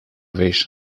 vez